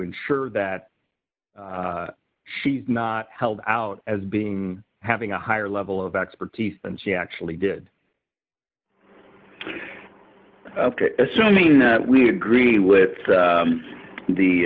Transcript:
ensure that she's not held out as being having a higher level of expertise and she actually did ok assuming that we agree with